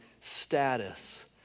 status